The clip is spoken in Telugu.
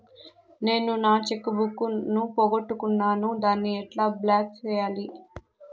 నేను నా చెక్కు బుక్ ను పోగొట్టుకున్నాను దాన్ని ఎట్లా బ్లాక్ సేయాలి?